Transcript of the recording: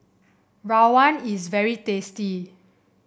rawon is very tasty